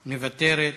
מוותרת.